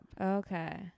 Okay